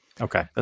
Okay